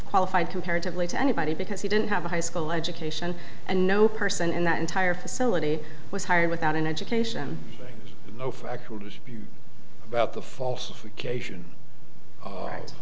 qualified comparatively to anybody because he didn't have a high school education and no person in that entire facility was hired without an education for about the false cation